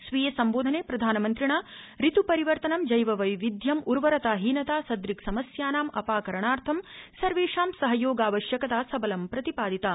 स्वीये सम्बोधने प्रधानमन्त्रिणा ऋत् परिवर्तनं जैव वैविध्यं उर्वरता हीनता सदृक्समस्यानाम् अपाकरणार्थं सर्वेषां सहयोगावश्यकता सबलं प्रतिपादिता